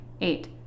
Eight